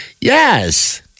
Yes